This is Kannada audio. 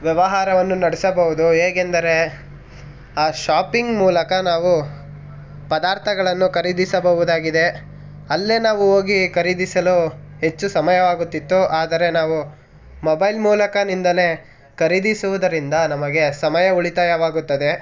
ವ್ಯವಹಾರವನ್ನು ನಡೆಸಬೋದು ಹೇಗೆಂದರೆ ಆ ಶಾಪಿಂಗ್ ಮೂಲಕ ನಾವು ಪದಾರ್ಥಗಳನ್ನು ಖರೀದಿಸಬಹುದಾಗಿದೆ ಅಲ್ಲೇ ನಾವು ಹೋಗಿ ಖರೀದಿಸಲು ಹೆಚ್ಚು ಸಮಯವಾಗುತ್ತಿತ್ತು ಆದರೆ ನಾವು ಮೊಬೈಲ್ ಮೂಲಕದಿಂದಲೇ ಖರೀದಿಸುವುದರಿಂದ ನಮಗೆ ಸಮಯ ಉಳಿತಾಯವಾಗುತ್ತದೆ